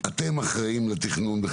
מאנשים ומחשבים.